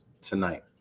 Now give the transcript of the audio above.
tonight